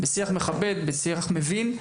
מכבד ומבין.